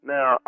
Now